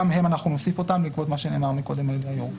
גם אותם אנחנו נוסיף בעקבות מה שנאמר מקודם על ידי היושב ראש.